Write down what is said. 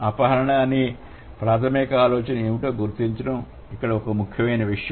అపహరణ అనే ప్రాథమిక ఆలోచన ఏమిటో గుర్తించడం ఇక్కడ ముఖ్యమైన విషయం